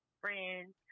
friends